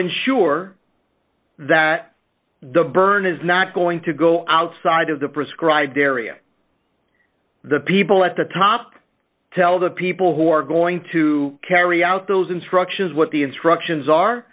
ensure that the burden is not going to go outside of the prescribed area the people at the top tell the people who are going to carry out those instructions what the instructions are